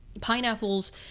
pineapples